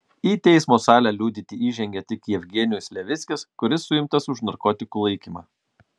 į teismo salę liudyti įžengė tik jevgenijus levickis kuris suimtas už narkotikų laikymą